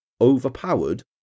overpowered